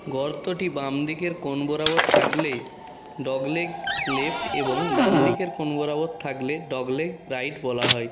গর্তটি বামদিকের কোণ বরাবর থাকলে ডগলেগ লেফট এবং ডানদিকের কোণ বরাবর থাকলে ডগলেগ রাইট বলা হয়